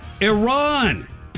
Iran